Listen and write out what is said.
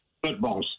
Football